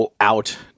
out